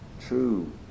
true